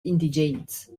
indigens